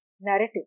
narrative